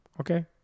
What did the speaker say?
Okay